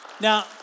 Now